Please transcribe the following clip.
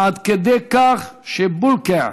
עד כדי כך ש"בולקע"